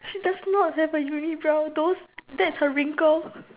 she does not have a unibrow those that's her wrinkle